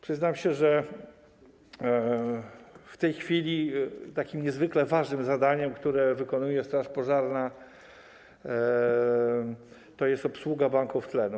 Przyznam, że w tej chwili niezwykle ważnym zadaniem, które wykonuje straż pożarna, jest obsługa banków tlenu.